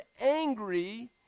angry